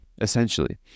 essentially